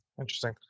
Interesting